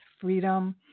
freedom